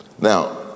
Now